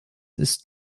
ist